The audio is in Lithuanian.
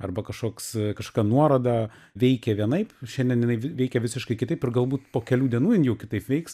arba kažkoks kažkokia nuoroda veikė vienaip šiandien jinai veikia visiškai kitaip ir galbūt po kelių dienų jin jau kitaip veiks